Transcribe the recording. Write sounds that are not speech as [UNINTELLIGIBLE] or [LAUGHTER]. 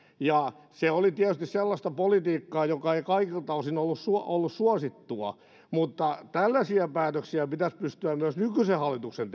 ja se oli tietysti sellaista politiikkaa joka ei kaikilta osin ollut suosittua mutta tällaisia päätöksiä pitäisi pystyä myös nykyisen hallituksen [UNINTELLIGIBLE]